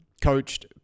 coached